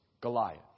Goliath